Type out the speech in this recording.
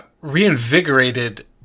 reinvigorated